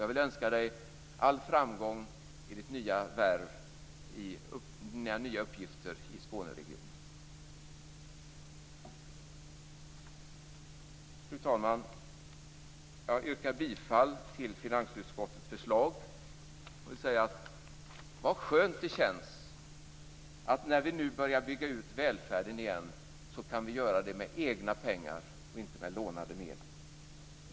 Jag vill önska dig all framgång med dina nya uppgifter i Skåneregionen. Fru talman! Jag yrkar bifall till finansutskottets förslag, och jag vill säga att det känns skönt att vi när vi nu på nytt börjar bygga ut välfärden kan göra det med egna pengar och inte med lånade medel.